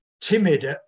timid